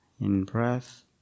in-breath